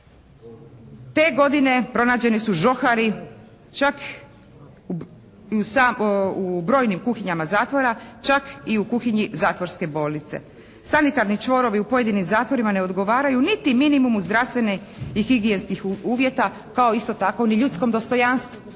Te godine pronađeni su čak i žohari čak i u brojnim kuhinjama zatvora, čak i u kuhinji zatvorske bolnice. Sanitarni čvorovi u pojedinim zatvorima ne odgovaraju niti minimumu zdravstvene i higijenskih uvjeta kao isto tako ni ljudskom dostojanstvu.